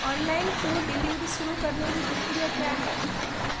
Online food delivery शुरू करने की प्रक्रिया क्या है?